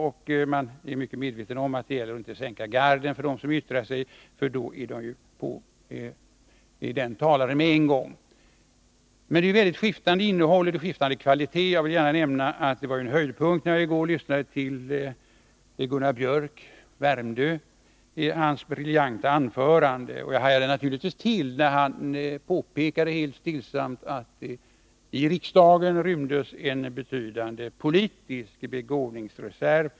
Jag är mycket medveten om att det gäller för dem som yttrar sig att inte sänka garden, för då är man ju på den talaren med en gång. Det är skiftande innehåll och skiftande kvalitet i anförandena. Det var en höjdpunkt när jag i går lyssnade till det briljanta anförandet av Gunnar Biörck i Värmdö. Jag hajade naturligtvis till när han helt stillsamt påpekade att det i riksdagen rymdes en betydande politisk begåvningsreserv.